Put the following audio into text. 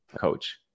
coach